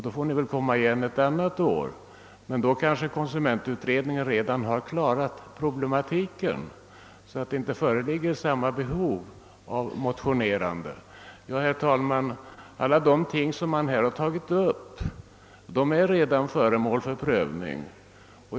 Då får ni komma igen ett annat år, men kanske konsumentutredningen då redan klarat problematiken så att samma behov av ett motionerande inte föreligger. Herr talman! Alla de ting som man här har tagit upp är redan föremål för prövning.